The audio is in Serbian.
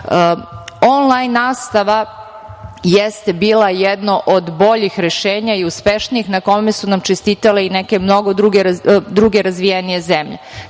onlajn nastava jeste bila jedno od boljih rešenja i uspešnijih, a na kome su nam čestitale i mnoge druge razvijenije zemlje.